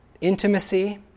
intimacy